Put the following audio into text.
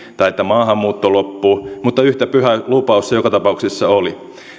että maahanmuutto loppuu mutta yhtä pyhä lupaus se joka tapauksessa oli